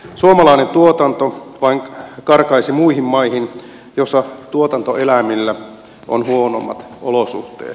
suomalainen tuotanto vain karkaisi muihin maihin joissa tuotantoeläimillä on huonommat olosuhteet